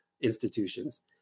institutions